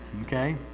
Okay